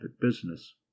business